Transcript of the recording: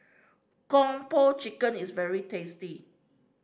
Kung Po Chicken is very tasty